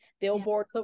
Billboard